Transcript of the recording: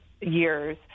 years